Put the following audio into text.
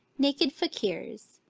naked fakiers